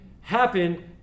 happen